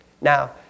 Now